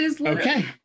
Okay